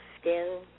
skin